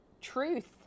truth